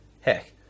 Heck